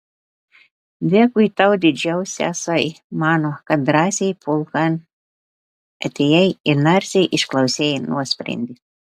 dėkui tau didžiausiasai mano kad drąsiai pulkan atėjai ir narsiai išklausei nuosprendį